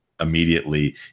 immediately